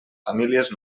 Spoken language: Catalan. famílies